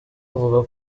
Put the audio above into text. avuga